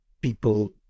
people